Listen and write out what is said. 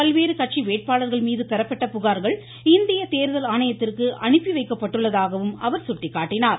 பல்வேறு கட்சி வேட்பாளர்கள் மீது பெறப்பட்ட புகார்கள் இந்திய தேர்தல் ஆணையத்திற்கு அனுப்பி வைக்கப்பட்டுள்ளதாகவும் அவர் எடுத்துரைத்தார்